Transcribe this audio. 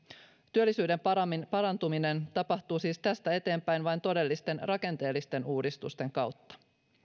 työllisyyden parantuminen tapahtuu siis tästä eteenpäin vain todellisten rakenteellisten uudistusten kautta